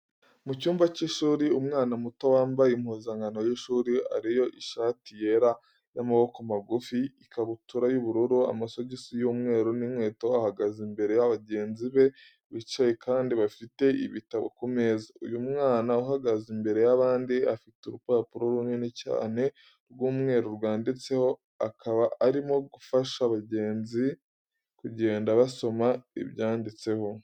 Mu cyumba cy'ishuri, umwana muto wambaye impuzankano y'ishuri ari yo ishati yera y'amaboko magufi, ikabutura y'ubururu, amasogisi y'umweru n'inkweto, ahagaze imbere ya bagenzi be bicaye kandi bafite ibitabo ku meza, uyu mwana uhagaze imbere y'abandi afite urupapuro runini cyane rw'umweru rwanditseho, akaba arimo gufasha bagenzi kugenda basoma ibyanditseho.